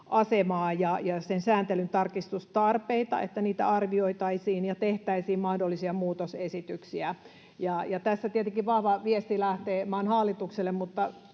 asemaa ja sen sääntelyn tarkistustarpeita, että niitä arvioitaisiin ja tehtäisiin mahdollisia muutosesityksiä. Tässä tietenkin vahva viesti lähtee maan hallitukselle